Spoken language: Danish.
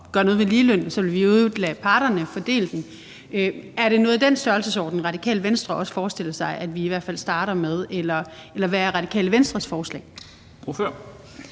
gøre noget ved ligeløn – og så vil vi i øvrigt lade parterne fordele dem. Er det noget i den størrelsesorden, Radikale Venstre også forestiller sig, at vi i hvert fald starter med? Eller hvad er Radikale Venstres forslag? Kl.